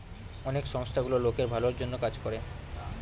অনেক সংস্থা গুলো লোকের ভালোর জন্য কাজ করে